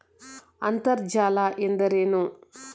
ಅಂತರ್ಜಲ ಎಂದರೇನು?